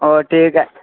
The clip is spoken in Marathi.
हो ठीक आहे